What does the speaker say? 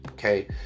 Okay